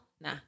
Nah